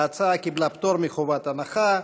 ההצעה קיבלה פטור מחובת הנחה.